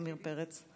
גם השר עמיר פרץ תומך.